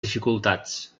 dificultats